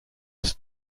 bis